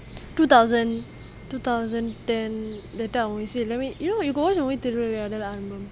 two thousand two thousand ten that type of movie wait let me you know when you go watch movie Thiruvilaiyadal